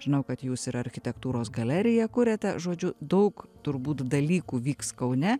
žinau kad jūs ir architektūros galeriją kuriate žodžiu daug turbūt dalykų vyks kaune